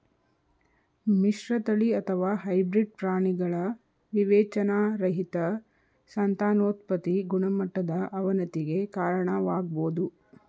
ಮಿಶ್ರತಳಿ ಅಥವಾ ಹೈಬ್ರಿಡ್ ಪ್ರಾಣಿಗಳ ವಿವೇಚನಾರಹಿತ ಸಂತಾನೋತ್ಪತಿ ಗುಣಮಟ್ಟದ ಅವನತಿಗೆ ಕಾರಣವಾಗ್ಬೋದು